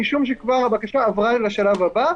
משום שהבקשה כבר עברה לשלב הבא.